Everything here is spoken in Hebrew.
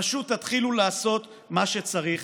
פשוט תתחילו לעשות מה שצריך,